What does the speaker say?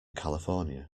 california